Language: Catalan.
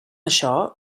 això